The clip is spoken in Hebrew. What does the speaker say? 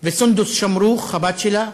וסונדוס שמרוך, הבת שלה,